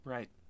Right